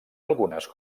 algunes